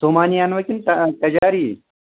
سُمانی اَنوا کِنہٕ تہ تَجاری